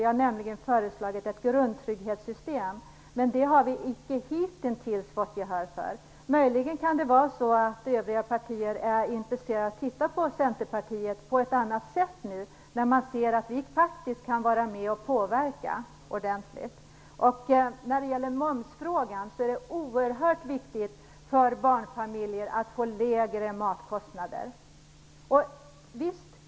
Vi har ju föreslagit ett grundtrygghetssystem, men det har vi hitintills icke fått gehör för. Möjligen är övriga partier intresserade av att på ett annat sätt se på Centerpartiet. Nu ser man ju att vi faktiskt kan vara med och påverka ordentligt. I momsfrågan är det oerhört viktigt för barnfamiljer att få lägre matkostnader.